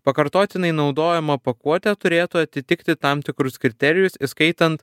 pakartotinai naudojama pakuotė turėtų atitikti tam tikrus kriterijus įskaitant